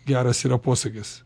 geras yra posakis